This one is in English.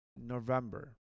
November